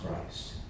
Christ